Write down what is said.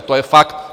To je fakt.